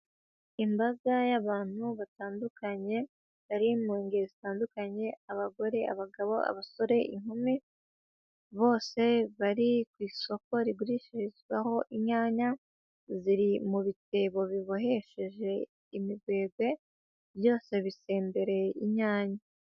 Imbaga y'abantu batandukanye, bari mu ngeri zitandukanye, abagore, abagabo, abasore, inkumi, bose bari ku isoko rigurishirizwaho inyanya, ziri mu bitebo bibohesheje imigwegwe, byose bisendereye inyanya.